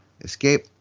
escape